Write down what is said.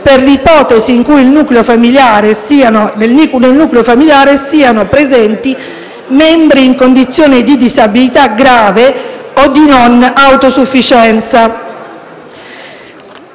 per l'ipotesi in cui nel nucleo familiare siano presenti membri in condizione di disabilità grave o di non autosufficienza.